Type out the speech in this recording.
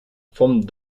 vom